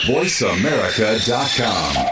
VoiceAmerica.com